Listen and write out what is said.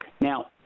Now